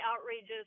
outrageous